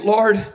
Lord